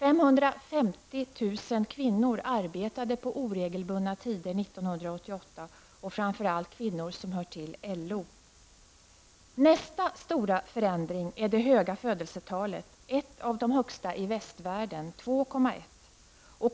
1988 och framför allt kvinnor som hör till LO. Nästa stora förändring är det höga födelsetalet, ett av de högsta i västvärlden, 2,1.